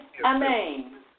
Amen